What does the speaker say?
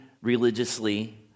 religiously